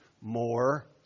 more